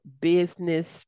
business